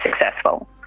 successful